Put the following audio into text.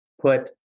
Put